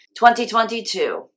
2022